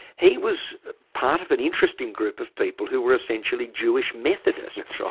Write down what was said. he was part of an interesting group of people who were essentially jewish methodists.